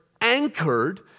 anchored